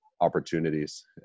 opportunities